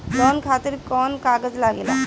Loan खातिर कौन कागज लागेला?